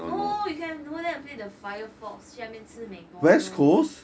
no you can go there and play the firefox 下面吃 mcdonald